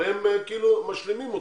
אבל הם כאילו משלימים אתכם.